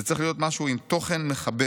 זה צריך להיות משהו עם תוכן מחבר,